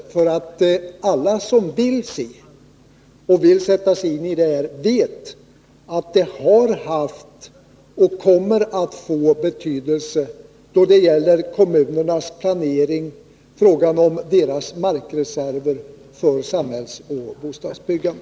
Alla som vill sätta sig in i det här vet att det har haft och kommer att få betydelse då det gäller kommunernas planering och då det gäller deras markreserver för samhällsoch bostadsbyggande.